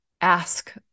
ask